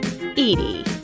Edie